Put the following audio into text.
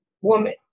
woman